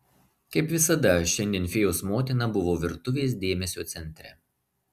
kaip visada šiandien fėjos motina buvo virtuvės dėmesio centre